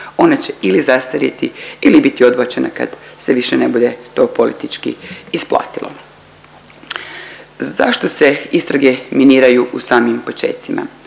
ona će ili zastarjeti ili biti odbačena kad se više ne bude to politički isplatilo. Zašto se istrage miniraju u samim počecima?